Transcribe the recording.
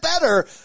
better